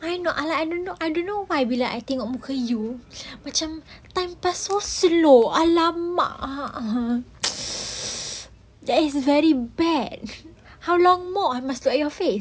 I know I like I don't know I don't know why I be like I tengok muka you time pass so slow !alamak! uh uh that is very bad how long more I must look at your face